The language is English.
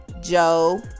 Joe